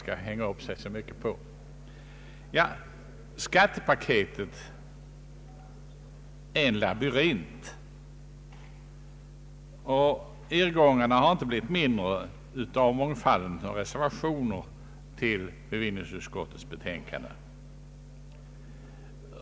Skattepaketet är en labyrint, och irrgångarna har inte blivit färre av mångfalden reservationer till bevillningsutskottets betänkande.